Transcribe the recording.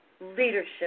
leadership